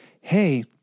Hey